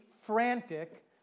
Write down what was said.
frantic